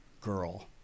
girl